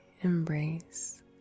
embrace